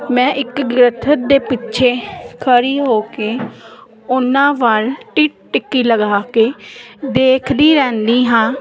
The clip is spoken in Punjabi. ਮੈਂ ਇੱਕ ਦਰੱਖਤ ਦੇ ਪਿੱਛੇ ਖੜੀ ਹੋ ਕੇ ਉਹਨਾਂ ਵੱਲ ਟਿਕ ਟਿਕੀ ਲਗਾ ਕੇ ਦੇਖਦੀ ਰਹਿਦੀ ਹਾਂ